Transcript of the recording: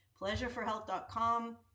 pleasureforhealth.com